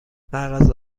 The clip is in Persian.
مغازه